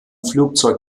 flugzeug